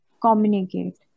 communicate